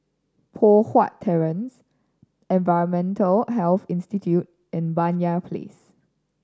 Poh Huat Terrace Environmental Health Institute and Banyan Place